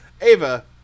Ava